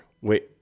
Wait